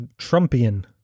Trumpian